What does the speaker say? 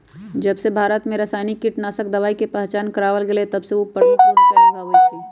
जबसे भारत में रसायनिक कीटनाशक दवाई के पहचान करावल गएल है तबसे उ प्रमुख भूमिका निभाई थई